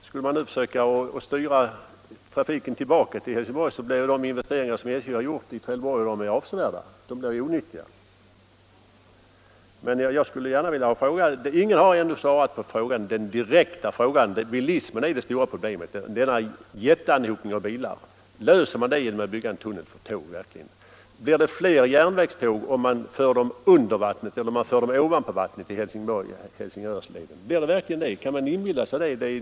Skulle man nu försöka styra trafiken tillbaka till Helsingborg blev de investeringar som SJ gjort i Trelleborg — och de är avsevärda — onyttiga. Men ingen har ännu svarat på den direkta frågan om det stora problemet med bilismen, denna jätteanhopning av bilar. Löser man det problemet genom att bygga en tunnel? Det tror jag verkligen inte. Blir det fler järnvägståg om man för dem under vattnet än om man för dem över vattnet i Helsingborg — Helsingör-leden? Kan man inbilla sig det?